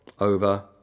over